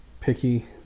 picky